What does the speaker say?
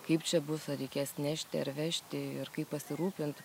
kaip čia bus ar reikės nešti ar vežti ir kaip pasirūpint